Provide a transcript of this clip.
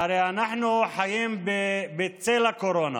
הרי אנחנו חיים בצל הקורונה